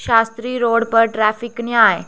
शास्त्री road पर traffic कनेहा ऐ